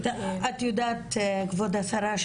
את יודעת כבוד השרה,